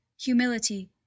humility